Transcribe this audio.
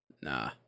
Nah